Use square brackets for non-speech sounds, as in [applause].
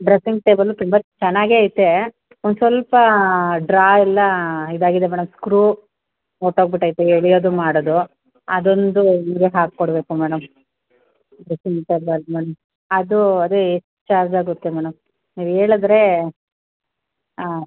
dressing table ತುಂಬ ಚೆನ್ನಾಗೆ ಐತೆ ಒಂದು ಸ್ವಲ್ಪ ಡ್ರಾ ಎಲ್ಲ ಇದಾಗಿದೆ ಮೇಡಮ್ ಸ್ಕ್ರೂ ಹೊಟೋಗಿ ಬಿಟೈತೆ ಎಳಿಯೋದು ಮಾಡೋದು ಅದೊಂದು ನೀವೇ ಹಾಕಿಕೊಡ್ಬೇಕು ಮೇಡಮ್ ಡ್ರೆಸ್ಸಿಂಗ್ ಟೇಬಲ್ [unintelligible] ಅದೂ ಅದೇ ಎಷ್ಟು ಚಾರ್ಜ್ ಆಗುತ್ತೆ ಮೇಡಮ್ ನೀವು ಹೇಳಿದ್ರೆ ಹಾಂ